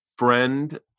friend